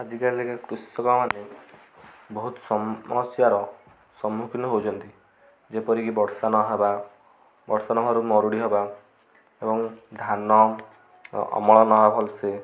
ଆଜିକାଲିକା କୃଷକମାନେ ବହୁତ ସମସ୍ୟାର ସମ୍ମୁଖୀନ ହଉଛନ୍ତି ଯେପରିକି ବର୍ଷା ନହେବା ବର୍ଷା ନହବାରୁ ମରୁଡ଼ି ହେବା ଏବଂ ଧାନ ଅମଳ ନହେବା ଭଲସେ